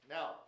Now